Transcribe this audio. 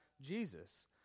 Jesus